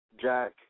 Jack